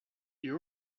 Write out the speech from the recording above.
you